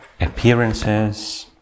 appearances